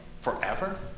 forever